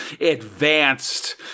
advanced